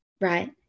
Right